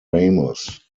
ramos